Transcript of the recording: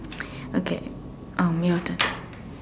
okay um your turn